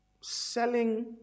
selling